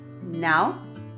Now